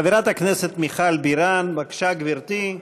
חברת הכנסת מיכל בירן, בבקשה, גברתי.